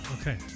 Okay